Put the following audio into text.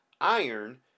iron